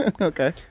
Okay